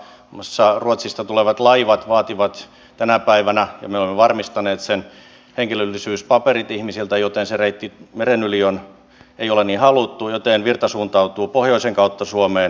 muun muassa ruotsista tulevat laivat vaativat tänä päivänä ja me olemme varmistaneet sen henkilöllisyyspaperit ihmisiltä joten se reitti meren yli ei ole niin haluttu joten virta suuntautuu pohjoisen kautta suomeen